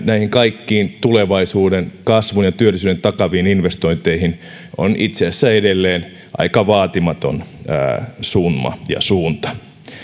näihin kaikkiin tulevaisuuden kasvun ja työllisyyden takaaviin investointeihin on itse asiassa edelleen aika vaatimaton summa ja suunta